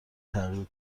تغییر